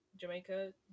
Jamaica